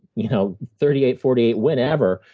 you know thirty eight, forty eight, whenever,